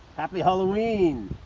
happy halloween!